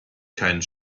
keinen